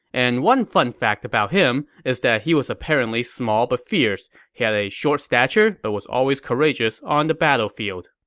and one fun fact about him is that he was apparently small but fierce. he had a short stature, but was always courageous on the battlefield.